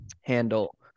handle